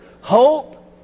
Hope